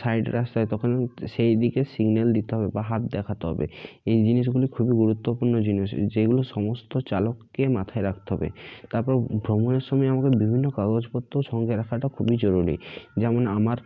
side রাস্তায় তখন সেইদিকে সিগন্যাল দিতে হবে বা হাত দেখাতে হবে এই জিনিসগুলি খুবই গুরুত্বপূর্ণ জিনিস যেইগুলো সমস্ত চালককে মাথায় রাখতে হবে তারপর ভ্রমণের সময় আমাকে বিভিন্ন গুরুত্বপূর্ণও সঙ্গে রাখাটা খুবই জরুরি যেমন আমার